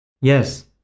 Yes